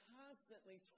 constantly